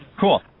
cool